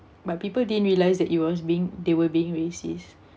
but people didn't realize that it was being they were being racist